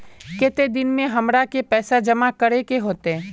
केते दिन में हमरा के पैसा जमा करे होते?